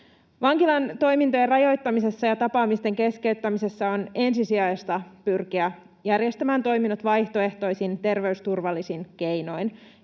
Vankilan toimintojen rajoittamisessa ja tapaamisten keskeyttämisessä on ensisijaista pyrkiä järjestämään toiminnot vaihtoehtoisin, terveysturvallisin keinoin,